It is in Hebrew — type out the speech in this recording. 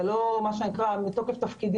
זה לא מתוקף תפקידי,